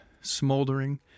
smoldering